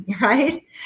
right